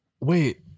Wait